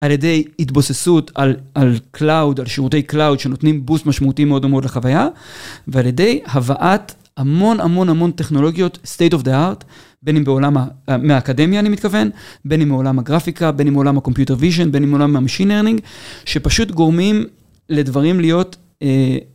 על ידי התבוססות על קלאוד, על שירותי קלאוד שנותנים בוסט משמעותי מאוד מאוד לחוויה, ועל ידי הבאת המון, המון, המון טכנולוגיות state of the art, בין אם מעולם האקדמיה, אני מתכוון, בין אם מעולם הגרפיקה, בין אם מעולם ה-computer vision, בין אם מעולם המשין-לרנינג, שפשוט גורמים לדברים להיות...